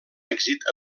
èxit